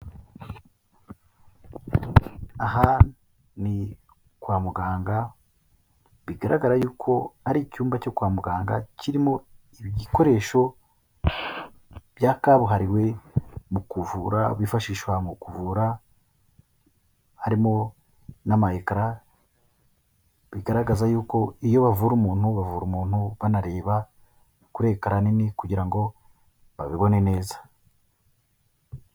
Aha ni kwa muganga bigaragara yuko ari icyumba cyo kwa muganga kirimo ibi bikoresho bya kabuhariwe mu kuvura bifashishwa mu kuvura harimo n'ama ekara bigaragaza yuko iyo bavura umuntu bavura umuntu banareba kure ecranini kugira ngo babibone neza.